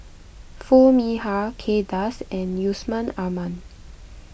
Foo Mee Har Kay Das and Yusman Aman